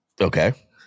Okay